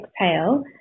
exhale